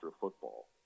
football